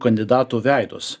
kandidatų veidus